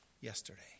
yesterday